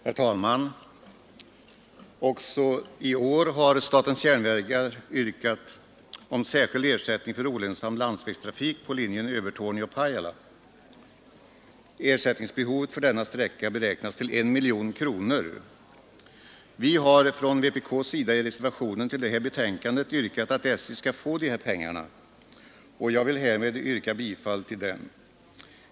Herr talman! Också i år har SJ hemställt om särskild ersättning för olönsam landsvägstrafik på linjen Övertorneå—Pajala. Ersättningsbehovet för denna sträcka beräknas till 1 miljon kronor. Vi har från vpk i reservationen till betänkandet yrkat att SJ skall få de här pengarna, och jag vill härmed yrka bifall till reservationen.